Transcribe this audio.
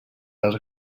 als